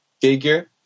figure